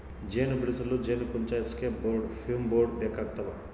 ಜೇನು ಬಿಡಿಸಲು ಜೇನುಕುಂಚ ಎಸ್ಕೇಪ್ ಬೋರ್ಡ್ ಫ್ಯೂಮ್ ಬೋರ್ಡ್ ಬೇಕಾಗ್ತವ